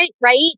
right